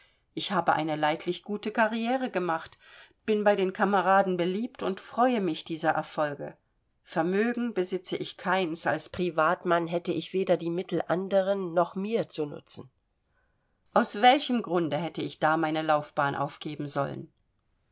ich habe eine leidlich gute karrire gemacht bin bei den kameraden beliebt und freue mich dieser erfolge vermögen besitze ich keins als privatmann hätte ich weder die mittel anderen noch mir zu nützen aus welchem grunde hätte ich da meine laufbahn aufgeben sollen